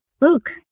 look